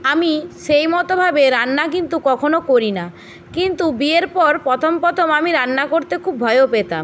আমি সেইমতো ভাবে রান্না কিন্তু কখনো করি না কিন্তু বিয়ের পর প্রথম প্রথম আমি রান্না করতে খুব ভয়ও পেতাম